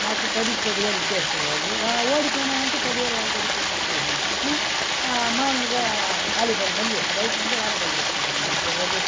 మాకు పదికి పదివేలు ఇచ్చేస్తారు వాళ్ళు ఓడిపోయినావంటే పదివేలు వాళ్ల దగ్గర ఇచ్చేసి వచ్చేస్తున్నా అట్నే మామూలుగా వాలీబాల్ మళ్ళీ అది అయిపోయిన తర్వాత వాలీబాల్ పెట్టుకుంటారు మళ్ళీ ఒకరోజు